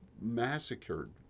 massacred